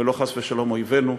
ולא חס ושלום אויבינו.